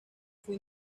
fue